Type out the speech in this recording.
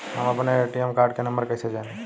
हम अपने ATM card के नंबर कइसे जानी?